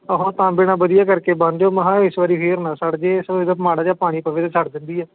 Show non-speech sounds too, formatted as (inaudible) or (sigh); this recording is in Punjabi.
ਹੁਣ ਤਾਂਬੇ ਨਾਲ ਵਧੀਆ ਕਰਕੇ ਬੰਨ ਦਿਓ ਮੈਂ ਕਿਹਾ ਇਸ ਵਾਰ ਫਿਰ ਨਾ ਸੜ ਜਾਵੇ (unintelligible) ਮਾੜਾ ਜਿਹਾ ਪਾਣੀ ਪਵੇ ਤਾਂ ਸਾੜ ਜਾਂਦੀ ਆ